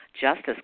justice